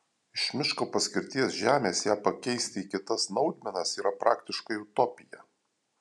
iš miško paskirties žemės ją pakeisti į kitas naudmenas yra praktiškai utopija